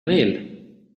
veel